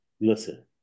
listen